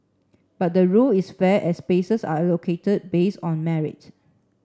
but the rule is fair as spaces are allocated based on merit